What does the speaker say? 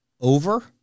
over